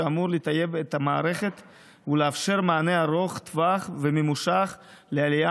שאמור לטייב את המערכת ולאפשר מענה ארוך טווח וממושך לעלייה